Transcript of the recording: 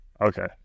Okay